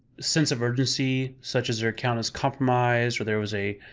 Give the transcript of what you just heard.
sense of urgency such as, their account is compromised or there was a